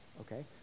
okay